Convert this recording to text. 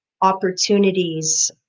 opportunities